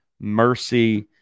mercy